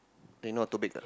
then know how to bake or not